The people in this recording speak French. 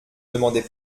demandait